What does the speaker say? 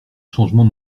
changement